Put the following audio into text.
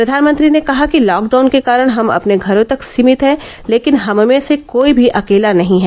प्रधानमंत्री ने कहा कि लॉकडाउन के कारण हम अपने घरों तक सीमित हैं लेकिन हममें से कोई भी अकेला नहीं है